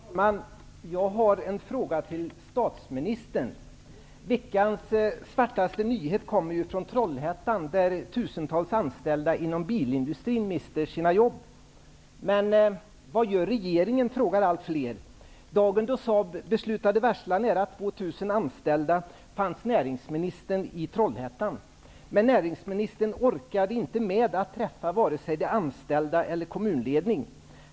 Herr talman! Jag har en fråga till statsministern. Veckans svartaste nyhet kommer från Trollhättan, där tusentals anställda inom bilindustrin mister sina jobb. Men vad gör regeringen? frågar allt fler. anställda fanns näringsministern i Trollhättan. Men näringsministern orkade inte med att träffa vare sig anställda eller kommunledning.